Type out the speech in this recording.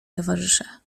towarzysze